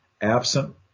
absent